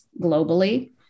globally